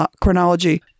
chronology